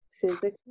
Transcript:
Physically